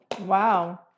Wow